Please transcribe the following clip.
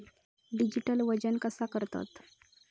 Digital वजन कसा करतत?